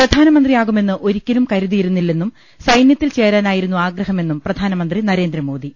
പ്രധാനമന്ത്രിയാകുമെന്ന് ഒരിക്കലും കരുതിയിരുന്നില്ലെന്നും സൈന്യത്തിൽ ചേരാനായിരുന്നു ആഗ്രഹമെന്നും പ്രധാനമന്ത്രി നരേന്ദ്രമോദി